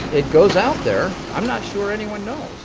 it goes out there. i'm not sure anyone knows